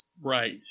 Right